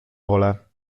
pole